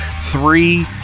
three